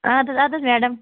اَدٕ حظ اَدٕ حظ میڈَم